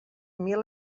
mil